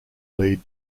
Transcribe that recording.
lead